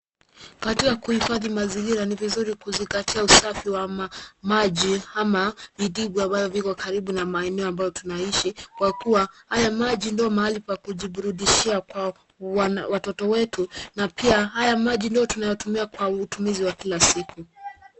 Kati ya kuhifadhi mazingira ni vizuri kuzingatia usafi wa maji ama vidimbwi amvyo viko karibu na maeneo ambayo tunaishi kwa kuwa haya maji ndio mahali pa kujiburudishia kwa watoto wetu na pia haya maji ndio tunayotumia kwa utumizi wa kila siku.